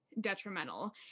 detrimental